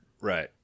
Right